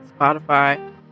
Spotify